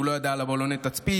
הוא לא ידע על בלוני התצפית,